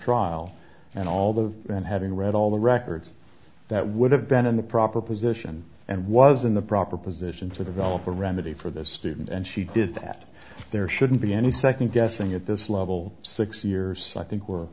crile and all the men having read all the records that would have been in the proper position and was in the proper position to develop a remedy for the student and she did that there shouldn't be any second guessing at this level six years i think were